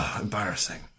Embarrassing